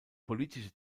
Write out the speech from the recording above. politische